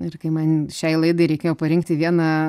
ir kai man šiai laidai reikėjo parinkti vieną